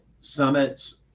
summits